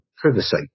privacy